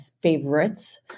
favorites